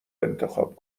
انتخاب